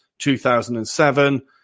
2007